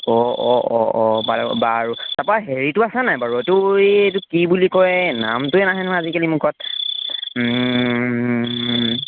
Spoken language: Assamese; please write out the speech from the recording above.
অ অ অ অ বাৰু বাৰু তাৰপৰা হেৰিটো আছে নাই বাৰু এইটো এইটো কি বুলি কয় নামটোৱে নাহে নহয় আজিকালি মুখত